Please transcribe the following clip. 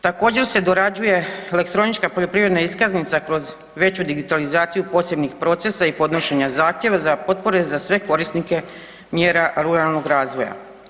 Također se dorađuje elektronička poljoprivredna iskaznica kroz veću digitalizaciju posebnih procesa i podnošenja zahtjeva za potpore za sve korisnike mjera ruralnog razvoja.